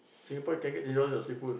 Singapore can get eight dollars for seafood